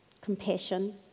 compassion